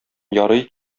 ярый